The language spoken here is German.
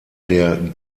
der